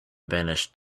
vanished